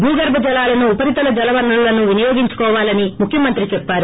భూగర్ప జలాలను ఉపరితల్ జల వనరులను వినియోగించుకోవాలని ముఖ్యమంత్రి చెప్పారు